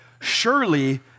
surely